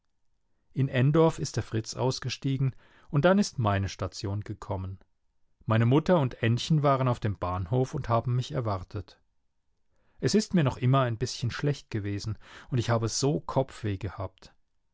in endorf ist der fritz ausgestiegen und dann ist meine station gekommen meine mutter und ännchen waren auf dem bahnhof und haben mich erwartet es ist mir noch immer ein bißchen schlecht gewesen und ich habe so kopfweh gehabt